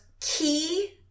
key